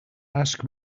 ask